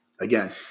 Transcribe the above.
again